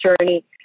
journey